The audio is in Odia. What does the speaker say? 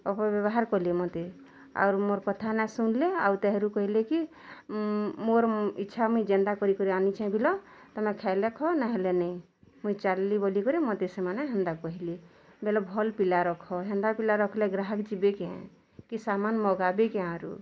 ଅପବ୍ୟବହାର୍ କଲେ ମତେ ଆରୁ ମୋର୍ କଥା ନାଇଁ ଶୁଣିଲେ ଆଉ ତେହେରୁ କହିଲେ କି ମୋର ଇଚ୍ଛା ମୁଇଁ ଯେନ୍ଟା କରି କିରି ଆଣିଛି ବିଲ ତମେ ଖାଇଲେ ଖାଅ ନା ହେଲେ ନାଇଁ ମୁଁ ଚାଲ୍ଲି ବୋଲି କରି ମୋତେ ସେମାନେ ହେନ୍ତା କହିଲେ ବୋଲେ ଭଲ୍ ପିଲା ରଖ ହେନ୍ତା ପିଲା ରଖିଲେ ଗ୍ରାହକ୍ ଯିବେ କି କି ସାମାନ୍ ମଗାବି କେ ୟାହାଁରୁ